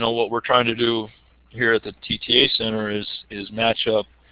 and what we are trying to do here at the tta center is is matchup